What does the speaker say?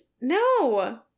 No